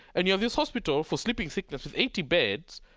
and you have this hospital for sleeping sickness with eighty beds,